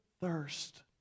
thirst